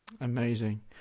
Amazing